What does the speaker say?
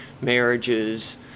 Marriages